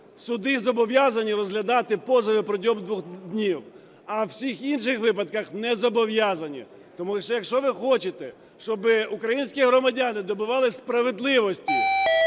суди зобов'язані розглядати позови протягом двох днів, а у всіх інших випадках не зобов'язані. Тому, якщо ви хочете, щоб українські громадяни добивались справедливості